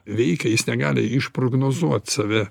veikia jis negali išprognozuot save